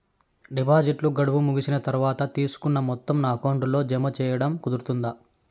డిపాజిట్లు గడువు ముగిసిన తర్వాత, తీసుకున్న మొత్తం నా అకౌంట్ లో జామ సేయడం కుదురుతుందా?